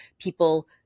people